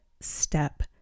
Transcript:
step